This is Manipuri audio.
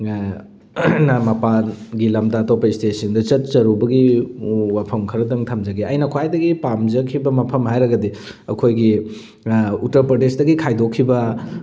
ꯃꯄꯥꯟꯒꯤ ꯂꯝꯗ ꯑꯇꯣꯞꯄ ꯏꯁꯇꯦꯠꯁꯤꯡꯗ ꯆꯠꯆꯔꯨꯕꯒꯤ ꯋꯥꯐꯝ ꯈꯔꯇꯪ ꯊꯝꯖꯒꯦ ꯑꯩꯅ ꯈ꯭ꯋꯥꯏꯗꯒꯤ ꯄꯥꯝꯖꯈꯤꯕ ꯃꯐꯝ ꯍꯥꯏꯔꯒꯗꯤ ꯑꯩꯈꯣꯏꯒꯤ ꯎꯇꯔ ꯄ꯭ꯔꯗꯦꯁꯇꯒꯤ ꯈꯥꯏꯗꯣꯛꯈꯤꯕ